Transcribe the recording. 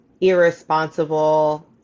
irresponsible